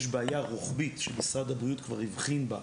יש בעיה רוחבית שמשרד כבר הבחין בה,